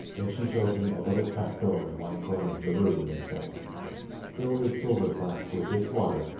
then she showed him a little trap-door in one corner of the room, and said fill the silver flask with this water,